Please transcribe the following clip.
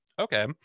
Okay